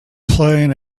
playing